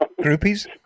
Groupies